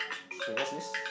sorry what's this